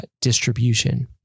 distribution